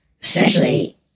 essentially